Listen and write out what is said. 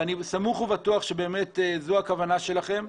אני סמוך ובטוח זו הכוונה שלכם.